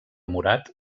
murat